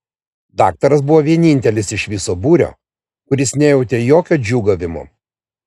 daktaras buvo vienintelis iš viso būrio kuris nejautė jokio džiūgavimo